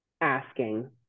asking